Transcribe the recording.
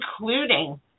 including